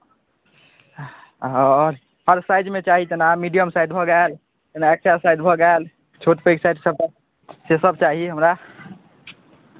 आओर हर साइजमे चाही जेना मीडियम साइज भऽ गेल जेना एक्स एल साइज भऽ गेल छोट पैघ साइज सेसभ चाही हमरा